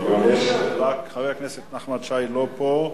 אבל חבר הכנסת נחמן שי לא פה,